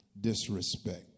disrespect